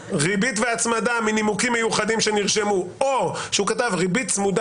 והצמדה מנימוקים מיוחדים שנרשמו או שהוא כתב ריבית צמודה